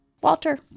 Walter